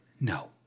No